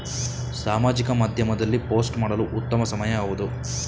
ಸಾಮಾಜಿಕ ಮಾಧ್ಯಮದಲ್ಲಿ ಪೋಸ್ಟ್ ಮಾಡಲು ಉತ್ತಮ ಸಮಯ ಯಾವುದು?